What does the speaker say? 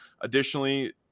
additionally